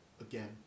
again